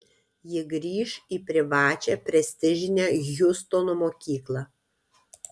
ji grįš į privačią prestižinę hjustono mokyklą